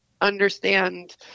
understand